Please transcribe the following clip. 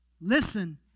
listen